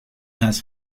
has